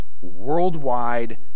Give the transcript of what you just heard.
worldwide